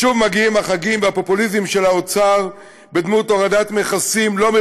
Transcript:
שוב מגיעים החגים והפופוליזם של האוצר,